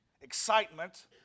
excitement